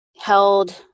held